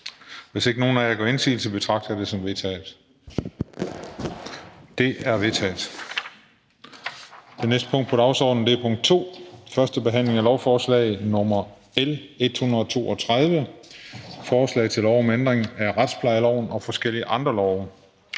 Hvis ingen gør indsigelse, betragter jeg det som vedtaget. Det er vedtaget. --- Det næste punkt på dagsordenen er: 2) 1. behandling af lovforslag nr. L 132: Forslag til lov om ændring af retsplejeloven og forskellige andre love.